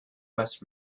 west